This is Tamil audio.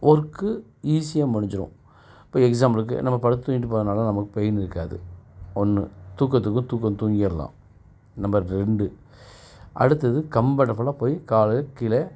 ஒர்க்கு ஈஸியாக முடிஞ்சிடும் இப்போ எக்ஸாம்பிளுக்கு நம்ம படுத்து தூங்கிட்டு போறதுனால நமக்கு ஃபெயின் இருக்காது ஒன்று தூக்கத்துக்கு தூக்கம் தூங்கிடலாம் நம்பர் ரெண்டு அடுத்தது கம்பர்ட்டஃபிளா போய் காலையில் கீழே